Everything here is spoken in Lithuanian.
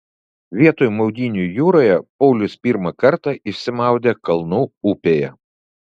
vietoj maudynių jūroje paulius pirmą kartą išsimaudė kalnų upėje